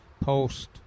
Post